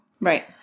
Right